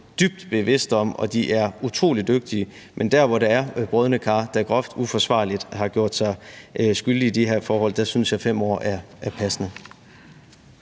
dybt bevidste om, og de er utrolig dygtige. Men der, hvor der er brodne kar, der groft uforsvarligt har gjort sig skyldige i de her forhold, synes jeg, at 5 år er passende.